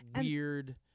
weird